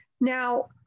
now